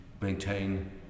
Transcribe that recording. maintain